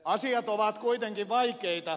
asiat ovat kuitenkin vaikeita